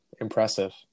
Impressive